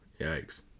yikes